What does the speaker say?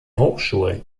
hochschulen